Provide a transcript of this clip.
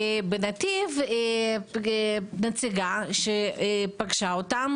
שם נציגה שפגשה אותם